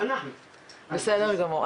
בסדר גמור,